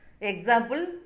Example